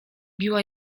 biła